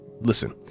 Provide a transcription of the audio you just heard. Listen